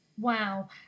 Wow